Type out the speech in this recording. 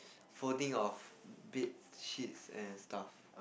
folding of bed sheets and stuff